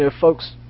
folks